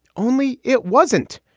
only it wasn't.